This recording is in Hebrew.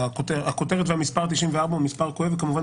הכותרת והמספר 94 הוא מספר כואב וכמובן